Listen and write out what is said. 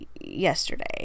yesterday